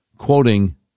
Quoting